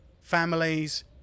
families